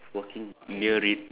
working near it